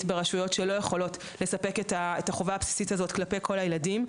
ברשויות שלא יכולות לספק את החובה הבסיסית הזו לכל הילדים.